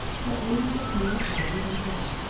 her age was nearer forty than thirty,